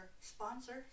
sponsor